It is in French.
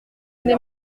n’est